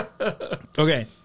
Okay